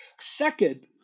Second